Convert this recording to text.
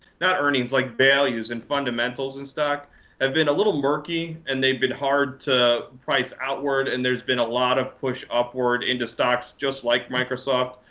not earnings like values and fundamentals in stock have been a little murky, and they've been hard to price outward. and there's been a lot of push upward into stocks just like microsoft,